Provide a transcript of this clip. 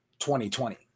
2020